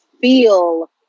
feel